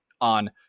on